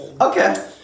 Okay